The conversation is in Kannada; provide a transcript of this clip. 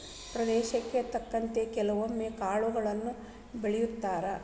ಪ್ರದೇಶಕ್ಕೆ ತಕ್ಕಂತೆ ಕೆಲ್ವು ಕಾಳುಗಳನ್ನಾ ಬೆಳಿತಾರ